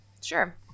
sure